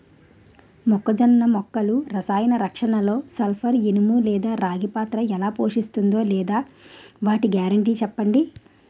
మొక్కజొన్న మొక్కల రసాయన రక్షణలో సల్పర్, ఇనుము లేదా రాగి పాత్ర ఎలా పోషిస్తుందో లేదా వాటి గ్యారంటీ చెప్పండి